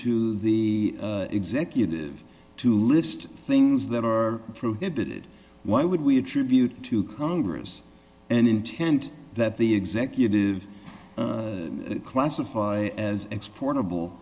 to the executive to list things that are prohibited why would we attribute to congress and intent that the executive classify as exportable